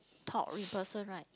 talk in person right